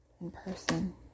in-person